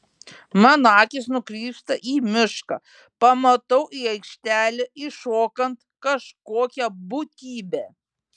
mano akys nukrypsta į mišką pamatau į aikštelę įšokant kažkokią būtybę